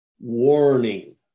warning